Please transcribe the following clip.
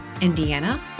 Indiana